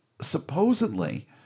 supposedly